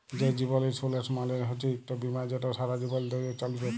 যে জীবল ইলসুরেলস মালে হচ্যে ইকট বিমা যেট ছারা জীবল ধ্যরে চ্যলবেক